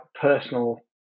personal